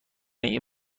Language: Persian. این